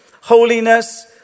holiness